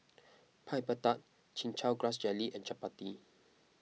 Piper Tart Chin Chow Grass Jelly and Chappati